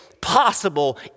possible